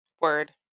word